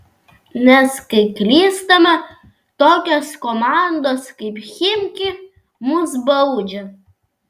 nes kai klystame tokios komandos kaip chimki mus baudžia